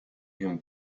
him